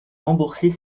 rembourser